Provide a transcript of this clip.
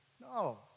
No